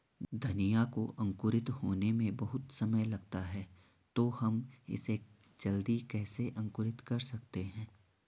धनिया को अंकुरित होने में बहुत समय लगता है तो हम इसे जल्दी कैसे अंकुरित कर सकते हैं?